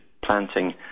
planting